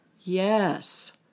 Yes